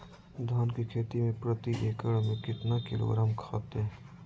धान की खेती में प्रति एकड़ में कितना किलोग्राम खाद दे?